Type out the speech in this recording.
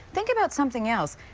think about something else.